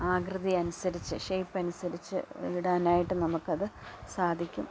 ആകൃതിയനുസരിച്ച് shape അനുസരിച്ച് ഇടാൻ ആയിട്ട് നമുക്കത് സാധിക്കും